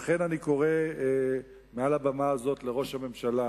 לכן, אני קורא מעל הבמה הזאת לראש הממשלה